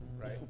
right